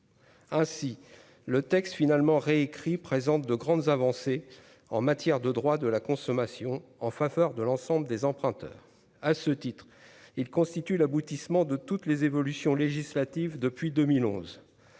ainsi le texte finalement réécrit présente de grandes avancées en matière de droit de la consommation en faveur de l'ensemble des emprunteurs, à ce titre, il constitue l'aboutissement de toutes les évolutions législatives depuis 2011